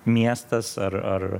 miestas ar ar